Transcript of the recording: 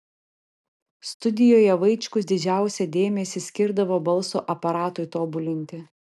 studijoje vaičkus didžiausią dėmesį skirdavo balso aparatui tobulinti